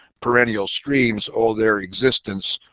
perennial streams owe their existence